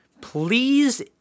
please